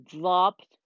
dropped